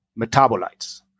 metabolites